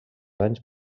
anys